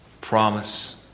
promise